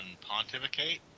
Pontificate